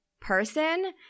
person